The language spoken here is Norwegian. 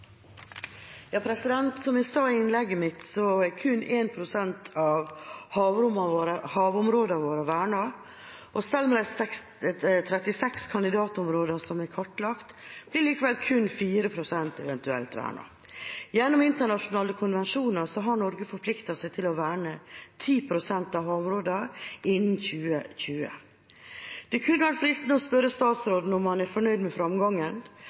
kun 1 pst. av havområdene våre vernet, og selv om det er 36 kandidatområder som er kartlagt, blir likevel kun 4 pst. eventuelt vernet. Gjennom internasjonale konvensjoner har Norge forpliktet seg til å verne 10 pst. av havområdene innen 2020. Det kunne vært fristende å spørre statsråden om han er fornøyd med framgangen,